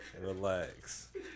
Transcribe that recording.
Relax